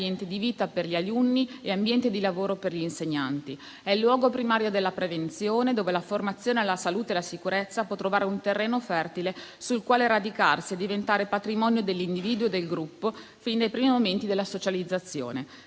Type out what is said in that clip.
di vita per gli alunni e ambiente di lavoro per gli insegnanti; è il luogo primario della prevenzione, dove la formazione alla salute e alla sicurezza può trovare un terreno fertile sul quale radicarsi e diventare patrimonio dell'individuo e del gruppo fin dai primi momenti della socializzazione.